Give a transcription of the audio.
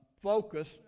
focus